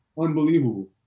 unbelievable